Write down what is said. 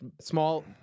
small